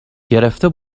گرفته